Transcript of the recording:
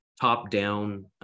top-down